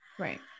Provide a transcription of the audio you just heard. right